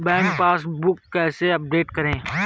Bank passbook कैसे update करें?